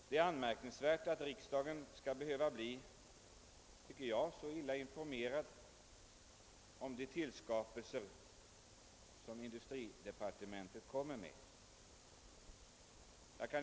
Det är anmärkningsvärt att riksdagen skall behöva bli så illa informerad om de skapelser som industridepartementet föreslår.